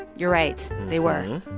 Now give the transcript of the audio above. you're right. they were.